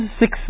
six